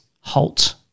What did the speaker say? halt